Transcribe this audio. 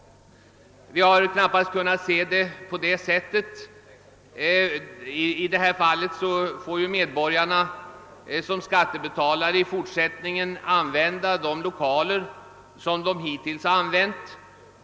Vi har knappast kunnat se det på det sättet. I detta fall får ju medborgarna som skattebetalare i fortsättningen använda de lokaler som de hittills har använt.